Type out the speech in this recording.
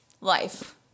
Life